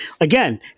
again